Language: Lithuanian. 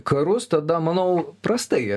karus tada manau prastai